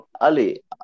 Ali